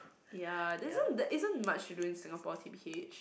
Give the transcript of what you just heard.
ya there isn't there isn't much to do in Singapore T_B_H